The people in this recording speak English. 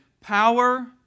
power